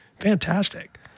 Fantastic